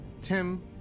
Tim